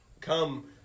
come